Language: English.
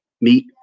meet